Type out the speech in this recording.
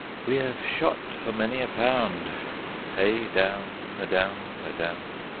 we have shot for many a pound hey down, a down, a down.